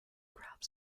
grabbed